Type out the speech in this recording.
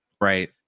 right